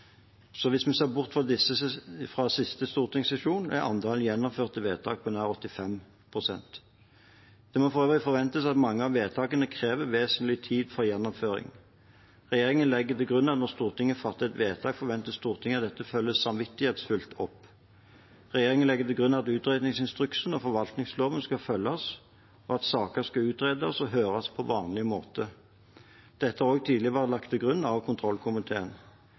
Så hvis vi ser bort fra disse fra siste stortingssesjon, er antallet gjennomførte vedtak på nær 85 pst. Det må for øvrig forventes at mange av vedtakene krever vesentlig tid for gjennomføring. Regjeringen legger til grunn at når Stortinget fatter et vedtak, forventer Stortinget at dette følges samvittighetsfullt opp. Regjeringen legger til grunn at utredningsinstruksen og forvaltningsloven skal følges, og at saker skal utredes og høres på vanlig måte. Dette har også tidligere vært lagt til grunn av kontrollkomiteen.